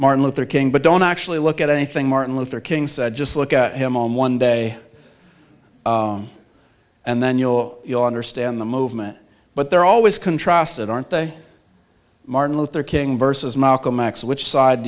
martin luther king but don't actually look at anything martin luther king said just look at him on one day and then you know you understand the movement but they're always contrasted aren't they martin luther king versus malcolm x which side